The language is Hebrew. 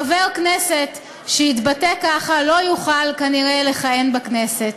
חבר כנסת שיתבטא ככה לא יוכל, כנראה, לכהן בכנסת.